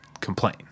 complain